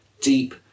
deep